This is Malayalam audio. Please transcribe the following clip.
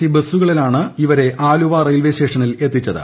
സി ബസുകളിലാണ് ഇവരെ ആലുവ റെയിൽവേസ്റ്റേഷനിൽ എത്തിച്ചത്